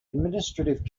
administrative